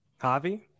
Javi